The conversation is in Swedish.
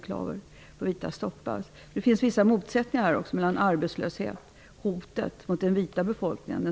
Det finns vissa motsättningar här genom t.ex. arbetslösheten och hotet mot den vita befolkningen.